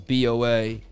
boa